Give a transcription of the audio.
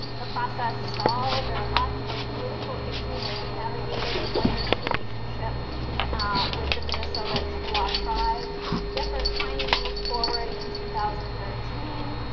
the process stalled. there are lots of political issues to be navigated with white earth's relationship with the minnesota chippewa tribe the effort finally moved forward in two thousand and thirteen,